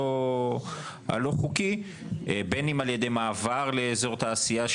הבנתי שיש עומס בכניסה,